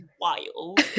wild